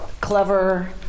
clever